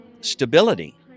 stability